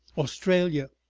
australia,